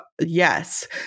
yes